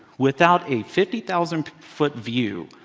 without a fifty thousand foot view,